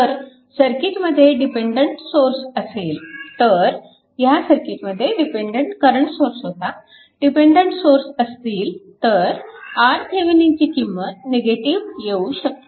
तर सर्किटमध्ये dependent source असतील तर ह्या सर्किटमध्ये डिपेन्डन्ट करंट सोर्स होता डिपेन्डन्ट सोर्स असतील तर RThevenin ची किंमत निगेटिव्ह येऊ शकते